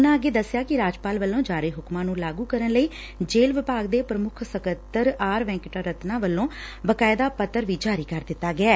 ਉਨ੍ਹਾਂ ਅੱਗੇ ਦਸਿਆ ਕਿ ਰਾਜਪਾਲ ਵੱਲੋਂ ਜਾਰੀ ਹੁਕਮਾ ਨੂੰ ਲਾਗੂ ਕਰਨ ਲਈ ਜੇਲੁ ਵਿਭਾਗ ਦੇ ਪ੍ਰਮੁੱਖ ਸਕੱਤਰ ਆਰ ਵੈਕਟਾ ਰਤਨਾ ਵੱਲੋ ਬਾਕਇਦਾ ਪੱਤਰ ਵੀ ਜਾਰੀ ਕਰ ਦਿੱਤਾ ਗਿਐ